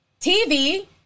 tv